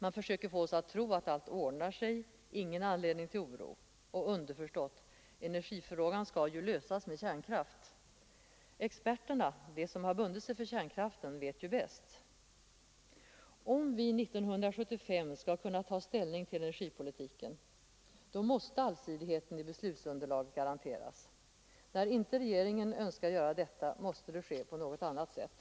Man försöker få oss att tro att allt ordnar sig — ingen anledning till oro. Och underförstått: Energifrågan skall lösas med kärnkraft. Experterna — de som har bundit sig för kärnkraften — vet ju bäst. Om vi år 1975 skall kunna ta ställning till energipolitiken måste allsidigheten i beslutsunderlaget garanteras. När inte regeringen önskar göra detta, måste det ske på något annat sätt.